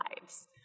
lives